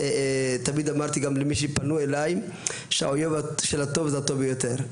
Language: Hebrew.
תמיד אמרתי גם למי שפנו אליי שהאויב של הטוב זה הטוב ביותר,